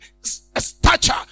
stature